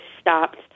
stopped